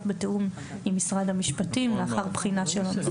בתיאום עם משרד המשפטים לאחר בחינה שלו.